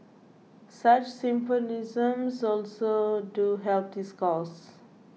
such symposiums also do help this cause